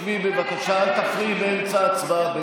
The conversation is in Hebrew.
שבי, בבקשה, אל תפריעי באמצע ההצבעה.